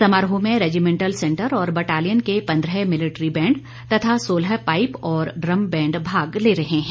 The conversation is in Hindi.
समारोह में रेजिमेंटल सेंटर और बटालियन के पन्द्रह मिलिट्री बैण्ड तथा सोलह पाइप और ड्रम बैण्ड भाग ले रहे हैं